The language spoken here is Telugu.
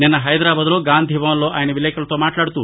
నిన్న హైదరాబాద్ గాంధీభవన్లో ఆయన విలేకర్లతో మాట్లాడుతూ